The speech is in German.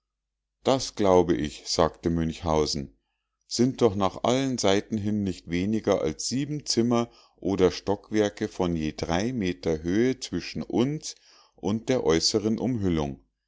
das glaube ich sagte münchhausen sind doch nach allen seiten hin nicht weniger als zimmer oder stockwerke von je drei meter höhe zwischen uns und der äußeren umhüllung